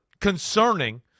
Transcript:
concerning